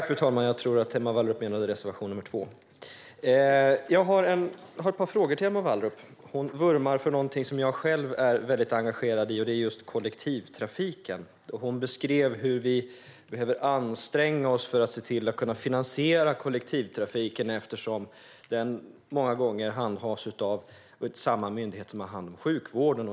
Fru talman! Jag tror att Emma Wallrup menade reservation nr 2. Jag har ett par frågor till Emma Wallrup. Hon vurmar för någonting som jag själv är väldigt engagerad i, och det är just kollektivtrafiken. Hon beskrev hur vi behöver anstränga oss för att kunna finansiera kollektivtrafiken eftersom den många gånger handhas av samma myndighet som har hand om sjukvården.